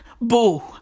boo